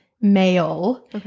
male